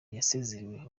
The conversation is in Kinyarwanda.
yasezerewe